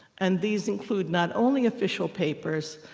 and these include not only official papers,